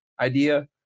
idea